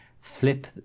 flip